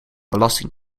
belasting